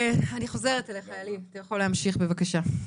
אני חוזרת אליך, עלי, אתה יכול להמשיך בבקשה.